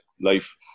life